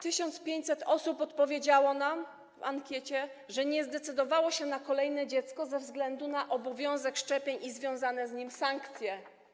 1500 osób odpowiedziało nam w ankiecie, że nie zdecydowało się na kolejne dziecko ze względu na obowiązek szczepień i związane z nim sankcje.